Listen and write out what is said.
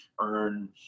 earn